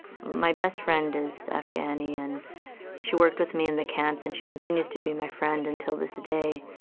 my best friend is afghani and she worked with me in the camps and she continues to be my friend until this day,